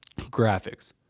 graphics